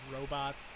robots